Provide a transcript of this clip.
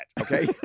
okay